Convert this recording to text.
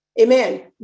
amen